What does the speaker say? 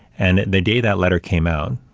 and the day that letter came out,